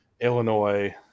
Illinois